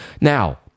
Now